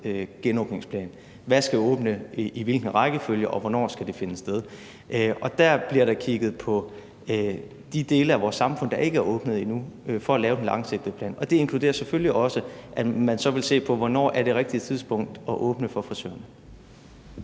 genåbningsplan: Hvad skal åbne i hvilken rækkefølge, og hvornår skal det finde sted? Og der bliver der kigget på de dele af vores samfund, der ikke er åbnet endnu, for at lave den langsigtede plan. Og det inkluderer selvfølgelig også, at man så vil se på, hvornår det er det rigtige tidspunkt at åbne for frisørerne.